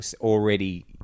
already